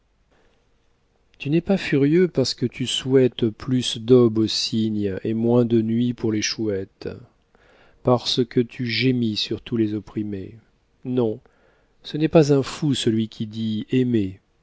tu n'es pas furieux parce que tu souhaites plus d'aube au cygne et moins de nuit pour les chouettes parce que tu gémis sur tous les opprimés non ce n'est pas un fou celui qui dit aimez